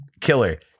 killer